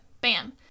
bam